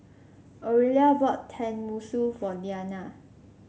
Orelia bought Tenmusu for Deana